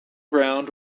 ground